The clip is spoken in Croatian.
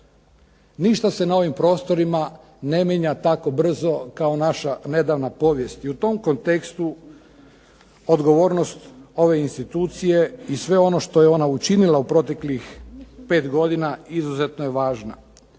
Ništa se na ovim prostorima ne mijenja tako brzo kao naša nedavna povijest, i u tom kontekstu odgovornost ove institucije i sve ono što je ona učinila u proteklih 5 godina izuzetno je važna.